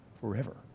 forever